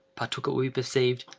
partook, it will be perceived,